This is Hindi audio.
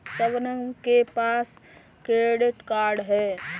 शबनम के पास क्रेडिट कार्ड है